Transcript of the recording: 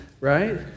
right